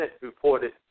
reported